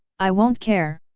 i won't care.